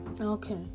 Okay